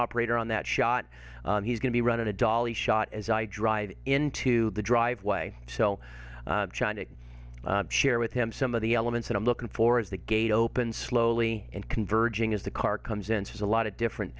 operator on that shot he's going to run a dolly shot as i drive into the driveway so china share with him some of the elements i'm looking for as the gate opens slowly and converging as the car comes and says a lot of different